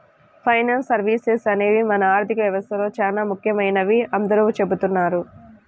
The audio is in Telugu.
ఫైనాన్స్ సర్వీసెస్ అనేవి మన ఆర్థిక వ్యవస్థలో చానా ముఖ్యమైనవని అందరూ చెబుతున్నారు